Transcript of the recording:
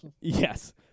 Yes